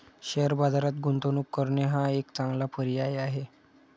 share बाजारात गुंतवणूक करणे हा एक चांगला पर्याय आहे